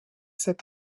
sept